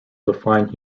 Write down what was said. define